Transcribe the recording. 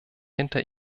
hinter